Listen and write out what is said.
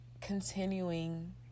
continuing